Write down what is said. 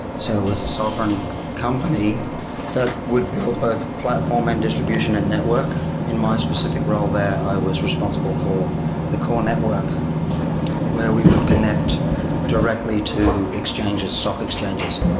so it was a sovereign company that would build both platform and distribution and network. in my specific role there, i was responsible for the core network when we would connect directly to exchanges, software so exchanges.